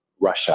Russia